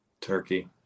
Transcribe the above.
Turkey